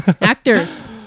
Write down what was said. Actors